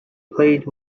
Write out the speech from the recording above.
played